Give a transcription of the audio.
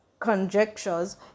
conjectures